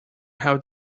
how